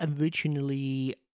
originally